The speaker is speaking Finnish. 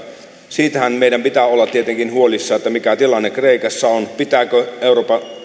siitähän meidän pitää olla tietenkin huolissaan mikä tilanne kreikassa on pitääkö